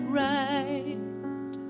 right